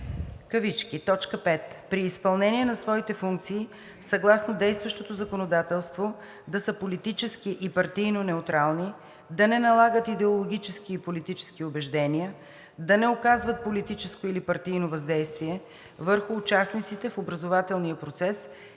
т. 5: „5. при изпълнение на своите функции съгласно действащото законодателство да са политически и партийно неутрални, да не налагат идеологически и политически убеждения, да не оказват политическо или партийно въздействие върху участниците в образователния процес